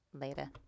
later